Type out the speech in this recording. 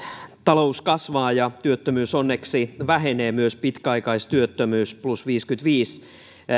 talous kasvaa ja työttömyys onneksi vähenee myös pitkäaikaistyöttömyys plus viisikymmentäviisi ikäisillä